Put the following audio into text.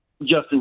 Justin